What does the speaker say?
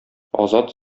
азат